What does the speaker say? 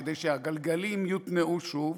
כדי שהגלגלים יותנעו שוב,